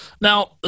Now